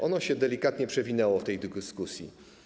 Ono się delikatnie przewinęło w tej dyskusji.